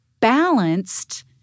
balanced